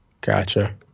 gotcha